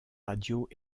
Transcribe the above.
radios